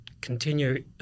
continue